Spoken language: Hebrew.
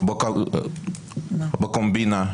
בקומבינה.